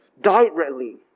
directly